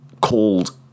called